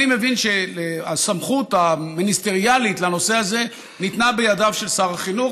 אני מבין שהסמכות המיניסטריאלית לנושא הזה ניתנה בידיו של שר החינוך,